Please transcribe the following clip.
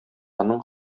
аның